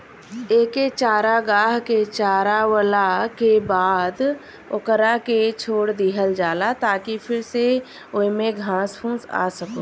एके चारागाह के चारावला के बाद ओकरा के छोड़ दीहल जाला ताकि फिर से ओइमे घास फूस आ सको